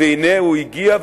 והנה הוא הגיע,